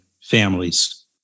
families